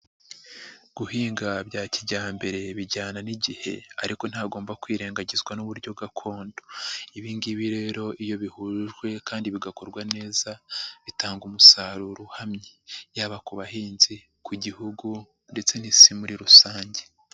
Guhinga bya kijyambere bijyana n'igihe ariko ntihagomba kwirengagizwa n'uburyo gakondo. Ibi ngibi rero iyo bihujwe kandi bigakorwa neza, bitanga umusaruro uhamye. Yaba ku bahinzi, ku gihugu ndetse n'Isi muri rusange.